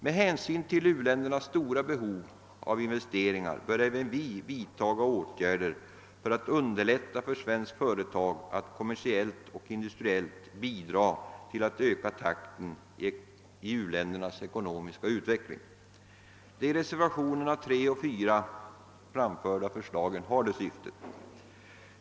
Med hänsyn till u-ländernas stora behov av investeringar bör även vi vidta åtgärder för att underlätta för svenska företag att kommersiellt och industriellt bidra till att öka takten i u-ländernas ekonomiska utveckling. De i reservationerna 3 och 4 framförda förslagen har detta syfte.